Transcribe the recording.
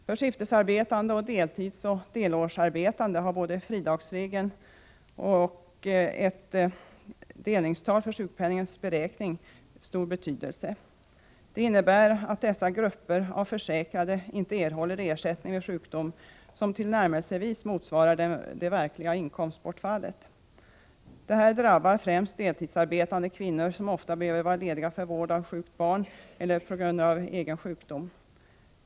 För skiftarbetande, deltidsoch delårsarbetande har både fridagsregeln och ett delningstal för sjukpenningens beräkning betydelse. Reglerna innebär att dessa grupper av försäkrade inte erhåller ersättning vid sjukdom som tillnärmelsevis motsvarar det verkliga inkomstbortfallet. Detta drabbar främst deltidsarbetande kvinnor, som ofta behöver vara lediga för vård av sjukt barn eller på grund av egen sjukdom.